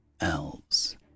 Elves